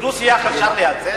דו-שיח אפשר לייצר?